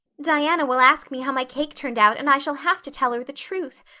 diana will ask me how my cake turned out and i shall have to tell her the truth.